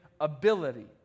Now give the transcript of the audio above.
ability